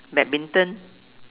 badminton